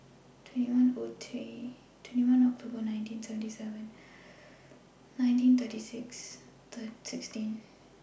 twenty First October nineteen seventy seven nineteen thirty six sixteen